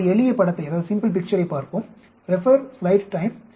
ஒரு எளிய படத்தைப் பார்ப்போம்